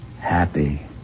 happy